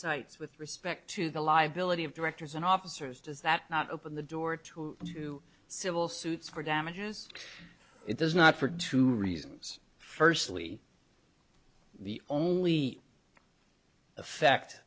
cites with respect to the liability of directors and officers does that not open the door to two civil suits for damages it does not for two reasons firstly the only effect